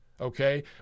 Okay